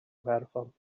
iwerddon